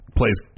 plays